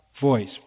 voice